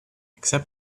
except